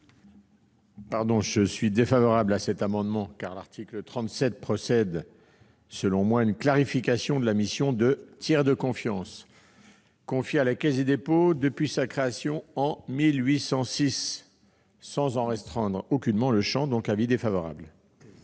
? Je suis défavorable à cet amendement, car l'article 37 procède selon moi à une clarification de la mission de tiers de confiance, confiée à la Caisse des dépôts depuis sa création en 1806, sans en restreindre aucunement le champ. Quel est l'avis